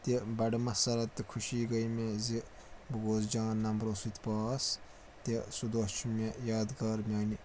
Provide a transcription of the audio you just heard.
تہِ بَڑٕ مسّرت تہٕ خوشی گٔے مےٚ زِ بہٕ گووس جان نمبرو سۭتۍ پاس تہِ سُہ دۄہ چھُ مےٚ یادگار میانہِ